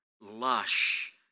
lush